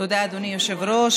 תודה, אדוני היושב-ראש.